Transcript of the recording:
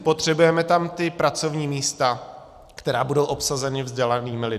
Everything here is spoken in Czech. Potřebujeme tam ta pracovní místa, která budou obsazena vzdělanými lidmi.